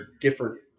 different